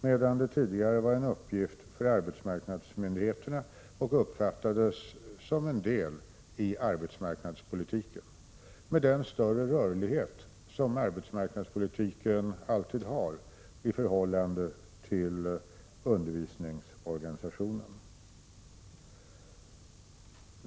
Den var tidigare en uppgift för arbetsmarknadsmyndigheterna och uppfattades som en del av arbetsmarknaden, med den stora rörlighet som denna alltid har i förhållande till undervisningsorganisationen.